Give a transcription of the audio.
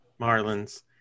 Marlins